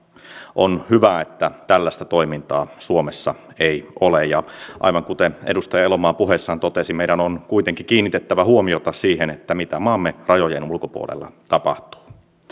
on hyvä että tällaista toimintaa suomessa ei ole ja aivan kuten edustaja elomaa puheessaan totesi meidän on kuitenkin kiinnitettävä huomiota siihen mitä maamme rajojen ulkopuolella tapahtuu